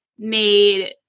made